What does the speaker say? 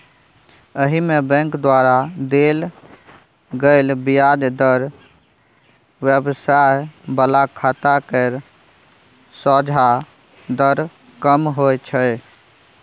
एहिमे बैंक द्वारा देल गेल ब्याज दर व्यवसाय बला खाता केर सोंझा दर कम होइ छै